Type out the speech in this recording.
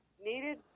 needed